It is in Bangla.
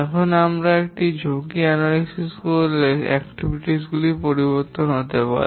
এবং একবার আমরা ঝুঁকি বিশ্লেষণ করলে কার্যক্রম গুলি পরিবর্তন হতে পারে